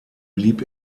blieb